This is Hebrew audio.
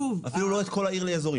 אפילו לא את כל העיר לאזורים,